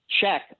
check